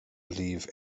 leave